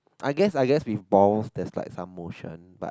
I guess I guess we balls there's like some motion but